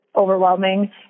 overwhelming